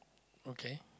okay